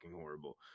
horrible